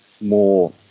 more